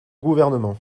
gouvernement